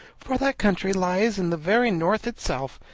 for that country lies in the very north itself,